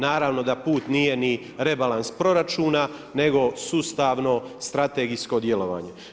Naravno da put nije ni rebalans proračuna nego sustavno strategijsko djelovanje.